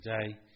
today